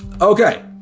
okay